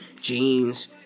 jeans